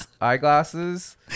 eyeglasses